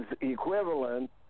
equivalent